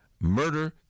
Murder